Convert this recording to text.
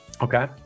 okay